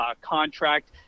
contract